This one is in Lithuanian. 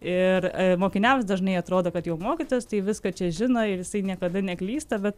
ir mokiniams dažnai atrodo kad jau mokytojas tai viską čia žino ir jisai niekada neklysta bet